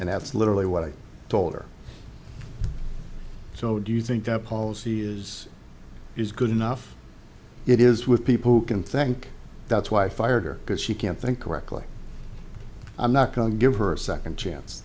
and that's literally what i told her so do you think that policy is good enough it is with people who can think that's why i fired her because she can't think or act like i'm not going to give her a second chance